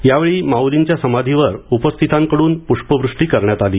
यावेळी माउलींच्या समाधीवर उपस्थितांकडून पुष्पवृष्टी करण्यात आली